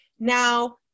now